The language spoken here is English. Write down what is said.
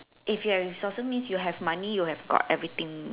if you have resources means you have money you have got everything